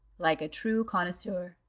like a true connoisseur,